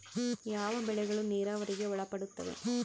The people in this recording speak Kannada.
ಯಾವ ಬೆಳೆಗಳು ನೇರಾವರಿಗೆ ಒಳಪಡುತ್ತವೆ?